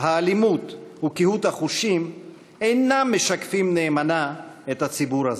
האלימות וקהות החושים אינן משקפות נאמנה את הציבור הזה.